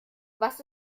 was